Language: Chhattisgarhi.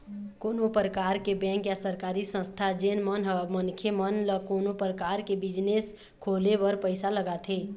कोनो परकार के बेंक या सरकारी संस्था जेन मन ह मनखे मन ल कोनो परकार के बिजनेस खोले बर पइसा लगाथे